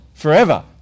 Forever